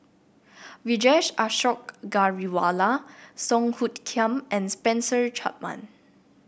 Vijesh Ashok Ghariwala Song Hoot Kiam and Spencer Chapman